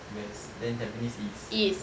west then tampines east